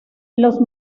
los